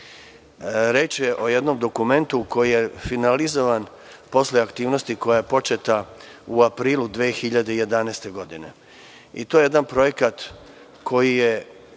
je o jednom dokumentu koji je finalizovan posle aktivnosti koja je početa u aprilu 2011. godine. To je jedan projekat koji je,